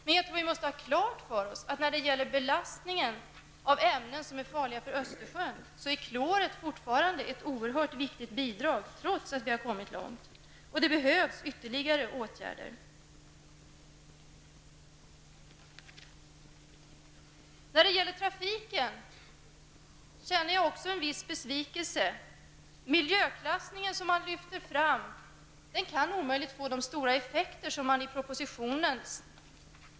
Men vi måste ha klart för oss, att när det gäller belastningen av ämnen som är farliga för Östersjön utgör kloret fortfarande ett oerhört viktigt bidrag trots att vi har kommit långt, och det behövs ytterligare åtgärder. Jag känner också en viss besvikelse när det gäller trafiken. Den miljöklassning som lyfts fram i propositionen kan omöjligt få de stora effekter som man utlovar i propositionen.